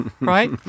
right